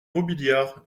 robiliard